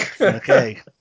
okay